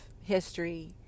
history